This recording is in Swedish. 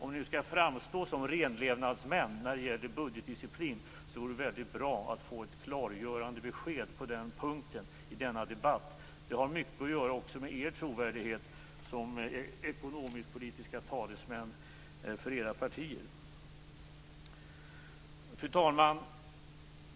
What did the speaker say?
Om ni skall framstå som renlevnadsmän när det gäller budgetdisciplin vore det väldigt bra att få ett klargörande besked på den punkten i denna debatt. Det har också mycket att göra med er trovärdighet som ekonomisk-politiska talesmän för era partier. Fru talman!